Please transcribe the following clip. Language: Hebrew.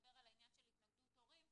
נדבר על העניין של התנגדות הורים,